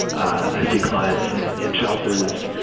i see clients in shelters.